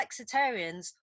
flexitarians